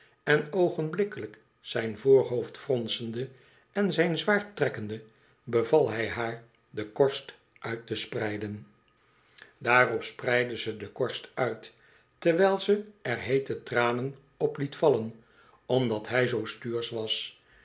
en oogenblikkelijk zijn voorhoofd fronsende en zijn zwaard trekkende beval hij haar de korst uit te spreiden daarop spreidde ze de korst uit terwijl ze er heete tranen op liet vallen omdat hij zoo stuursch was